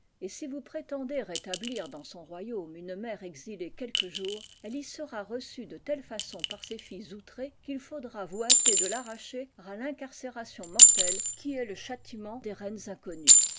et si vous prétendez rétablir dans son royaume une mère exilée quelques jours elle y sera reçue de telle façon par ses filles outrées qu'il faudra vous hâter de l'arracher à tincarcération mortelle qui est le châtiment des reines inconnues